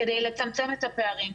כדי לצמצם את הפערים,